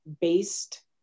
based